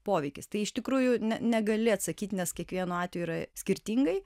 poveikis tai iš tikrųjų ne negali atsakyt nes kiekvieno atveju yra skirtingai